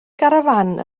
garafán